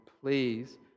please